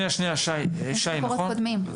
מקורות קודמים.